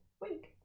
week